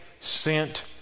sent